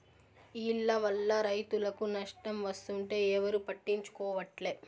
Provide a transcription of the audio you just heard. ఈల్ల వల్ల రైతులకు నష్టం వస్తుంటే ఎవరూ పట్టించుకోవట్లే